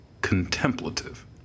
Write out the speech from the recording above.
contemplative